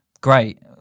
Great